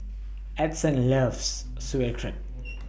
Edson loves Sauerkraut